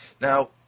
Now